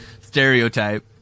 stereotype